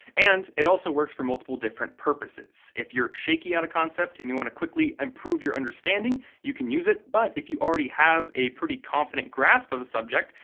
and it also works for multiple different purposes. if you're shaky on a concept and you want to quickly improve your understanding, you can use it. but if you already have a pretty confident grasp of a subject,